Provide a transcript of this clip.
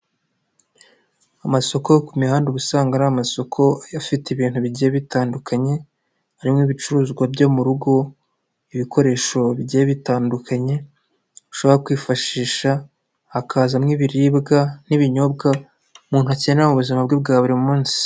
Amasoko yo ku mihanda ubusanga ari amasoko afite ibintu bigiye bitandukanye, harimo ibicuruzwa byo mu rugo ibikoresho bigiye bitandukanye, ushobora kwifashisha hakazamo ibiribwa n'ibinyobwa umuntu akenera mu buzima bwe bwa buri munsi.